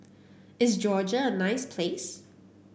is Georgia a nice place